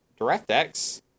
DirectX